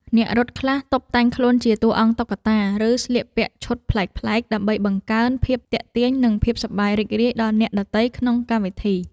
អ្នករត់ខ្លះតុបតែងខ្លួនជាតួអង្គតុក្កតា ឬស្លៀកពាក់ឈុតប្លែកៗ ដើម្បីបង្កើនភាពទាក់ទាញ និងភាពសប្បាយរីករាយដល់អ្នកដទៃក្នុងកម្មវិធី។